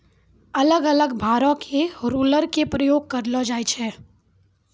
अलग अलग भारो के रोलर के प्रयोग करलो जाय छै